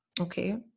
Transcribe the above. okay